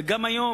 וגם היום,